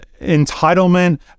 entitlement